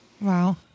Wow